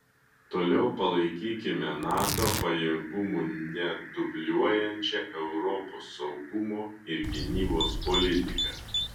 toliau palaikykime nato pajėgumų nedubliuojančią europos saugumo ir gynybos politiką